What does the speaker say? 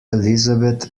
elizabeth